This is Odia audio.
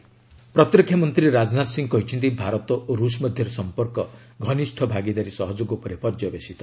ରାଜନାଥ ରୁଷ ଭିଜିଟ୍ ପ୍ରତିରକ୍ଷା ମନ୍ତ୍ରୀ ରାଜନାଥ ସିଂହ କହିଛନ୍ତି ଭାରତ ଓ ରୁଷ ମଧ୍ୟରେ ସମ୍ପର୍କ ଘନିଷ୍ଠ ଭାଗିଦାରୀ ସହଯୋଗ ଉପରେ ପର୍ଯ୍ୟବେଶିତ